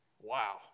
Wow